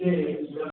ଟିକିଏ